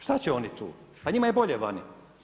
Šta će oni tu, pa njima je bolje vani.